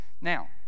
Now